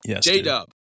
J-Dub